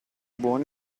buono